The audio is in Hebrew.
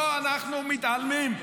פה אנחנו מתעלמים,